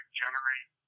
generate